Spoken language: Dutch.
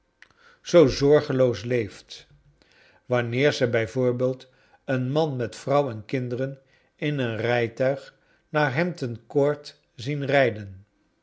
zoo zorgeloos leeft wanneer ze b v een man met vrouw en kinderen in een rijtuig naar hampton court zien rijden